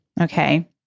Okay